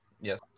Yes